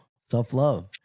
Self-love